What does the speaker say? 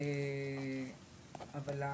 אבל על